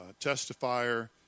testifier